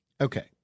Okay